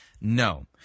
No